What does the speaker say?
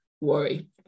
worry